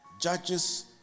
Judges